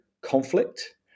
conflict